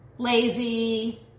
Lazy